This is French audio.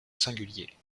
singulier